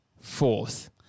fourth